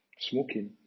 smoking